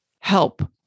help